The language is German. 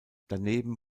daneben